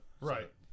Right